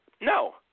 No